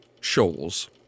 shoals